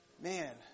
man